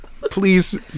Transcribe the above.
please